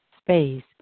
space